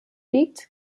liegt